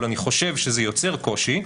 אבל אני חושב שזה יוצר קושי,